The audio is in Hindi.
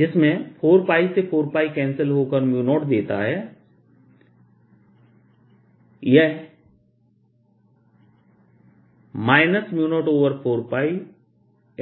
जिसमें 4से 4 कैंसिल होकर 0देता है